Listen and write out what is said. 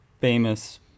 famous